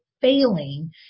failing